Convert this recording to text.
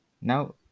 Now